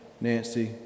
Nancy